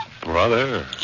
Brother